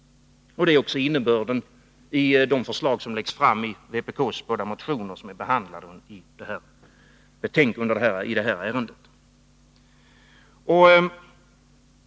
Det är också innebörden i de förslag som läggs fram i de båda vpk-motioner som behandlas i detta sammanhang.